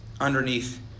underneath